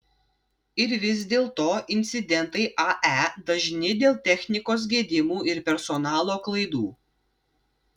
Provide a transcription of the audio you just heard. ir vis dėlto incidentai ae dažni dėl technikos gedimų ir personalo klaidų